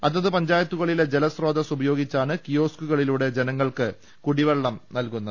അതത് പഞ്ചായത്തുകളിലെ ജലസ്രോതസ്സ് ഉപയോഗിച്ചാണ് കിയോസ്കുകളിലൂടെ ജനങ്ങൾക്ക് കുടിവെള്ളം നൽകുന്നത്